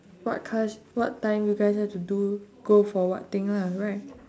what class what time you guys have to do go for what thing lah right